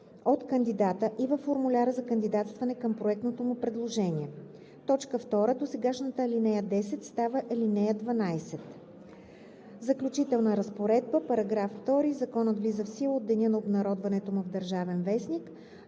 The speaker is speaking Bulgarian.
от кандидата и във Формуляра за кандидатстване към проектното му предложение.“ 2. Досегашната ал. 10 става ал. 12. Заключителна разпоредба „§ 2. Законът влиза в сила от деня на обнародването му в „Държавен вестник“.“